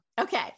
Okay